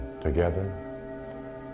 Together